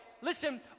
listen